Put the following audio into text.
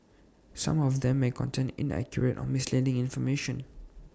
some of them may contain inaccurate or misleading information